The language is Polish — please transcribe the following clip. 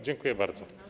Dziękuję bardzo.